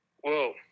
Whoa